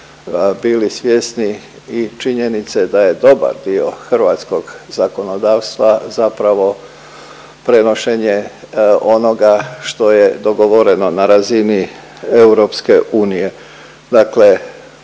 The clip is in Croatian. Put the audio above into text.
bili svjesni i činjenice da je dobar dio hrvatskog zakonodavstva zapravo prenošenje onoga što je dogovoreno na razini EU. Dakle,